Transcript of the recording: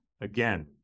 Again